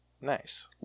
Nice